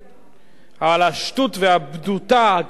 אבל השטות והבדותה הגדולה מכולן